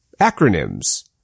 Acronyms